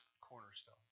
cornerstone